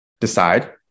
decide